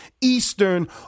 Eastern